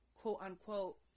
quote-unquote